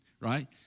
right